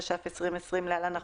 התש"ף 2020 (להלן- החוק),